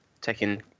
taking